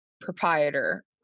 proprietor